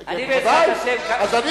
ודאי.